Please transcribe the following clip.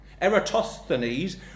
Eratosthenes